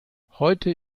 heute